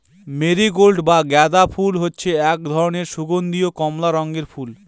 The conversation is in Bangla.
মেরিগোল্ড বা গাঁদা ফুল হচ্ছে এক ধরনের সুগন্ধীয় কমলা রঙের ফুল